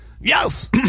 Yes